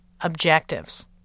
objectives